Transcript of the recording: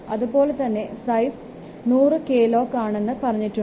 അതുപോലെതന്നെ size 100 KLOC ആണെന്ന് പറഞ്ഞിട്ടുണ്ട്